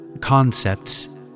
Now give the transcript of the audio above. concepts